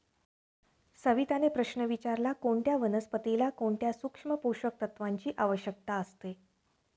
सविताने प्रश्न विचारला की कोणत्या वनस्पतीला कोणत्या सूक्ष्म पोषक तत्वांची आवश्यकता असते?